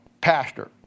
pastor